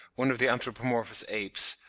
one of the anthropomorphous apes,